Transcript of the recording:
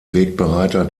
wegbereiter